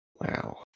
Wow